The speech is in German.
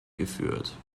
geführt